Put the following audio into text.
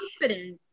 Confidence